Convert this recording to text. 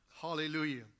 Hallelujah